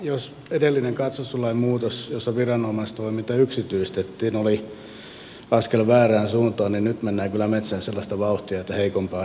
jos edellinen katsastuslain muutos jossa viranomaistoiminta yksityistettiin oli askel väärään suuntaan niin nyt mennään kyllä metsään sellaista vauhtia että heikompaa hirvittää